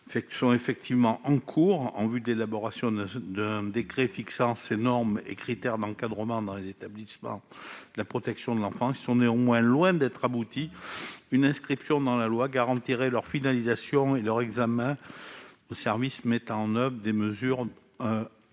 sont en cours en vue de l'élaboration d'un décret fixant ces normes et critères d'encadrement dans les établissements de la protection de l'enfance. Ils sont néanmoins loin d'être aboutis. Une inscription dans la loi garantirait leur finalisation et leur extension aux services mettant en oeuvre les mesures de milieu